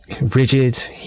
rigid